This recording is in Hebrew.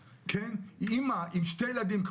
אמא עם שני ילדים,